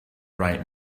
right